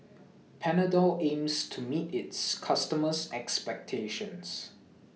Panadol aims to meet its customers' expectations